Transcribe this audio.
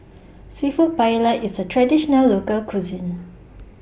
Seafood Paella IS A Traditional Local Cuisine